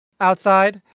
outside